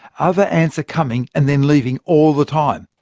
other ants are coming and then leaving, all the time.